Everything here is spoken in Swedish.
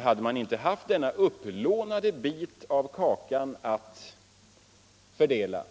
Hade vi inte haft denna upplånade bit av kakan att fördela,